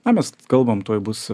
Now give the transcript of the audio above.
na mes kalbam tuoj bus